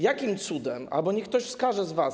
Jakim cudem... albo niech ktoś wskaże z was.